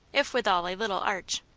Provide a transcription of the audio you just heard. if withal a little arch.